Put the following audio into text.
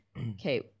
Okay